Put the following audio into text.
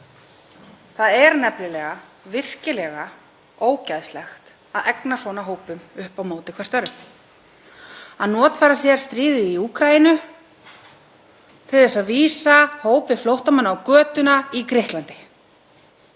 Það er nefnilega virkilega ógeðslegt að egna svona hópum upp á móti hvor öðrum, að notfæra sér stríðið í Úkraínu til þess að vísa hópi flóttamanna á götuna í Grikklandi.